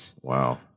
Wow